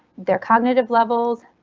their cognitive levels,